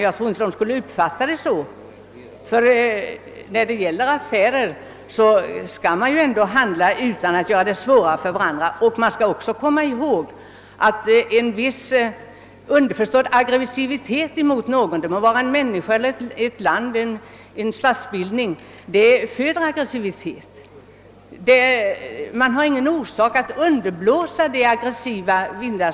Jag tror inte att Västtyskland skulle uppfatta det så. När det gäller affärer skall man handla utan att göra det svårare för varandra och man skall också komma ihåg att en viss aggressivitet mot någon — det må vara en människa eller ett land eller en statsbildning — föder aggressivitet. Man har ingen orsak att underblåsa aggressiva vindar.